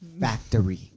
factory